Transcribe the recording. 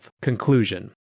Conclusion